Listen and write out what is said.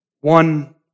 One